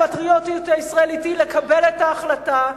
הפטריוטיות הישראלית היא לקבל את ההחלטה,